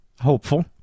hopeful